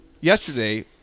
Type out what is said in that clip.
yesterday